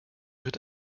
wird